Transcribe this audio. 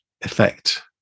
effect